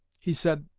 he said,